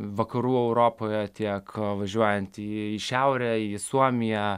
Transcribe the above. vakarų europoje tiek važiuojant į šiaurę į suomiją